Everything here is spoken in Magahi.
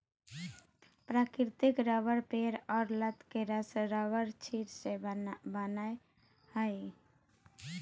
प्राकृतिक रबर पेड़ और लत के रस रबरक्षीर से बनय हइ